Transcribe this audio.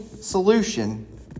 solution